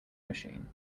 machine